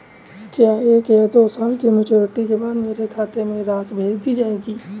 क्या एक या दो साल की मैच्योरिटी के बाद मेरे खाते में राशि भेज दी जाएगी?